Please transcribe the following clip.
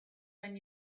when